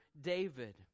David